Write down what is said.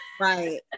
Right